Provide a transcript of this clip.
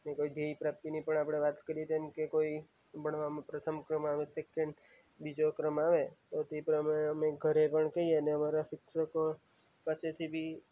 કોઈ ધ્યેયપ્રાપ્તિની પણ આપણે વાત કરીએ જેમ કે કોઈ ભણવામાં પ્રથમ ક્રમ આવે સેકેન્ડ બીજો ક્રમ આવે તો તે પ્રમાણે અમે ઘરે પણ કહીએને અમારા શિક્ષકો પાસેથી બી